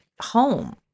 home